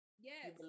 Yes